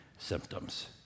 symptoms